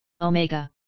Omega